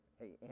hey